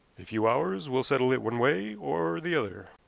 a few hours will settle it one way or the other.